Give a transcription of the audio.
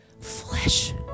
flesh